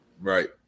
Right